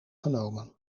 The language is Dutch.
genomen